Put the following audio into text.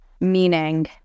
meaning